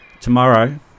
Tomorrow